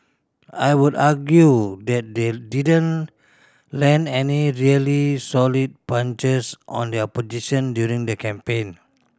I would argue that they didn't land any really solid punches on the opposition during the campaign